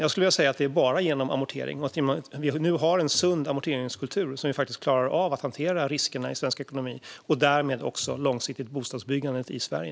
Jag skulle vilja säga att det bara är genom att vi nu har en sund amorteringskultur som vi faktiskt klarar av att hantera riskerna i svensk ekonomi och därmed också ett långsiktigt bostadsbyggande i Sverige.